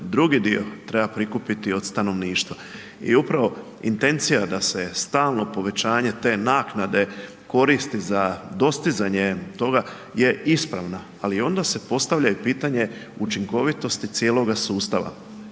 drugi dio treba prikupiti od stanovništva. I upravo intencija da se stalno povećanje te naknade koristi za dostizanje toga je ispravna, ali onda se postavlja i pitanje učinkovitosti cijeloga sustava.